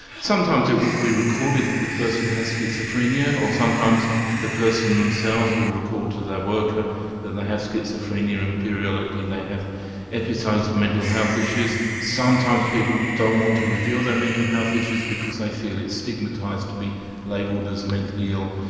sometimes it will be recorded that the person has schizophrenia or sometimes the person and themselves will recall to their worker that they have schizophrenia and periodically they have episodes of mental health issues. sometimes people don't want to reveal their mental health issues because they feel it's stigmatised to be labelled as mentally ill.